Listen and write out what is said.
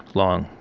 long,